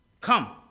come